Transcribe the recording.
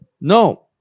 No